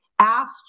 asked